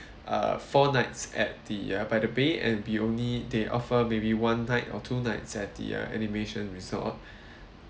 uh four nights at the uh by the bay and we only they offer maybe one night or two nights at the uh animation resort